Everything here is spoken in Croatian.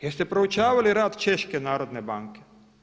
Jeste proučavali rad češke Narodne banke?